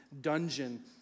dungeon